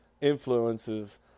influences